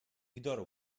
kdor